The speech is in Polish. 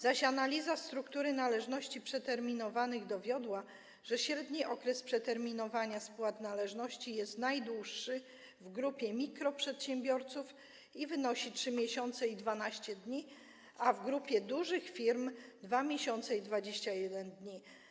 Zaś analiza struktury należności przeterminowanych dowiodła, że średni okres przeterminowania spłat należności jest najdłuższy w grupie mikroprzedsiębiorców i wynosi 3 miesiące i 12 dni, a w grupie dużych firm - 2 miesiące i 21 dni.